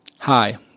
Hi